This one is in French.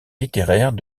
littéraires